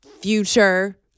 future